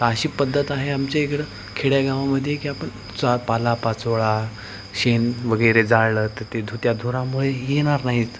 तर अशी पद्धत आहे आमच्याइकडं खेड्यागावामध्ये की आपण चा पालापाचोळा शेण वगैरे जाळलं तर ते धु त्या धुरामुळे ह् येणार नाहीत